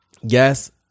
yes